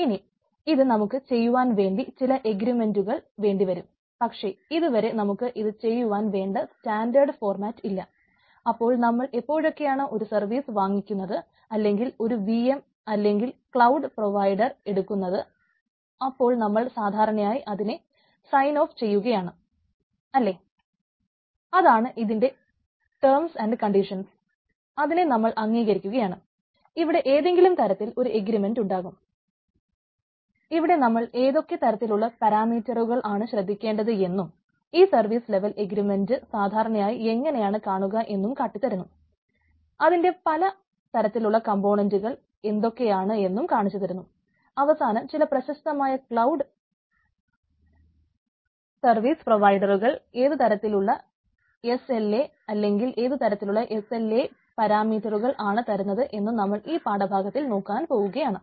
ഇനി ഇത് നമുക്ക് ചെയ്യുവാൻ വേണ്ടി ചില എഗ്രിമെന്റുകൾ ആണ് തരുന്നത് എന്നും നമ്മൾ ഈ പാഠഭാഗത്ത് നോക്കുവാൻ പോകുകയാണ്